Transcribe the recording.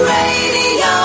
Radio